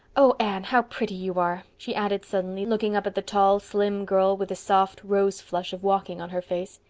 oh, anne, how pretty you are, she added suddenly, looking up at the tall, slim girl with the soft rose-flush of walking on her face.